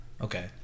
Okay